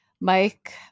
Mike